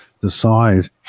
decide